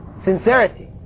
sincerity